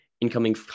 incoming